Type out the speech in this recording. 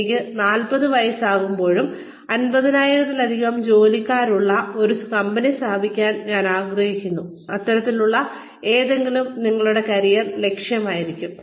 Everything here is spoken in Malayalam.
എനിക്ക് 40 വയസ്സാവുമ്പോഴേക്കും 5000 ത്തിലധികം ജോലിക്കാരുള്ള ഒരു കമ്പനി സ്ഥാപിക്കാൻ ഞാൻ ആഗ്രഹിക്കുന്നു അത്തരത്തിലുള്ള എന്തെങ്കിലും നിങ്ങളുടെ കരിയർ ലക്ഷ്യമായിരിക്കും